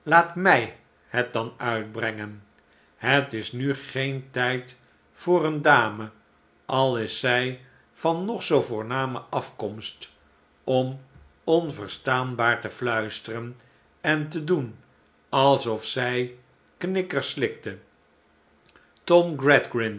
laat mij het dan uitbrengen het is nu geen tijd voor eene dame al is zij van nog zoo voorname afkomst om onverstaanbaar te iluisteren en te doen alsof zij knikkers slikte tom